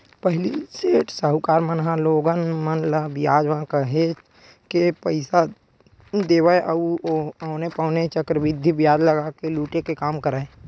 पहिली सेठ, साहूकार मन ह लोगन मन ल बियाज म काहेच के पइसा देवय अउ औने पौने चक्रबृद्धि बियाज लगा के लुटे के काम करय